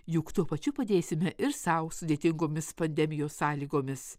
juk tuo pačiu padėsime ir sau sudėtingomis pandemijos sąlygomis